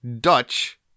Dutch